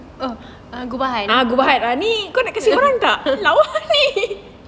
ah gubahan ni kau nak kasi orang tak ni lawa ni